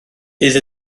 bydd